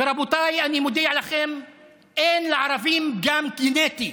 ורבותיי, אני מודיע לכם: אין לערבים פגם גנטי.